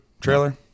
trailer